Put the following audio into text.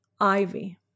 ivy